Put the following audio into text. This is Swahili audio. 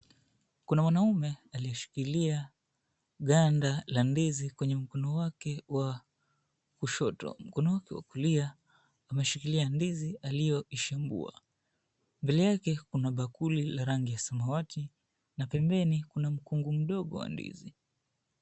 Kuna mwanaume aliye shikilia ganda la ndizi kwenye mkono wake wa kushoto. Mkono wake wa kulia ameshikilia ndizi aliyoshimbua. Mbele yake kuna bakuli la rangi ya samawati na pembeni kuna mkungu mdogo wa ndizi.